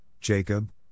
Jacob